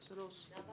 הצבעה